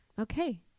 Okay